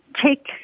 take